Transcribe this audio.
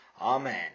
Amen